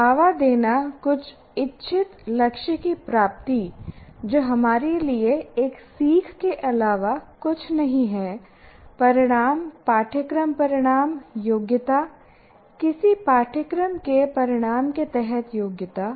बढ़ावा देना कुछ इच्छित लक्ष्य की प्राप्ति जो हमारे लिए एक सीख के अलावा कुछ नहीं है परिणामपाठ्यक्रम परिणामयोग्यता किसी पाठ्यक्रम के परिणाम के तहत योग्यता